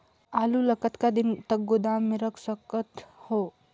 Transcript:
आलू ल कतका दिन तक गोदाम मे रख सकथ हों?